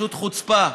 פשוט חוצפה.